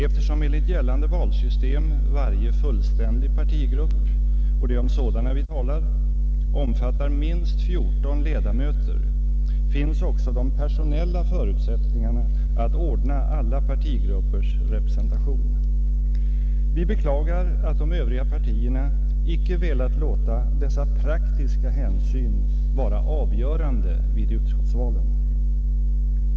Eftersom enligt gällande valsystem varje fullständig partigrupp — och det är om sådana vi talar — omfattar minst 14 ledamöter, finns också de personella förutsättningarna att ordna alla partigruppers representation. Vi beklagar att de övriga partierna icke velat låta dessa praktiska hänsyn vara avgörande vid utskottsvalen.